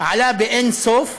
ועלה באין-סוף,